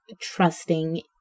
trusting